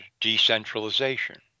decentralization